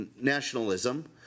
nationalism